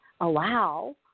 allow